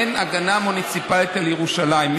אין הגנה מוניציפלית על ירושלים,